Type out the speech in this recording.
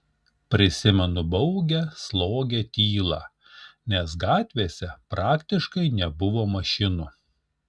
prisimenu baugią slogią tylą nes gatvėse praktiškai nebuvo mašinų